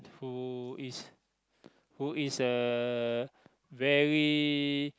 who is who is a very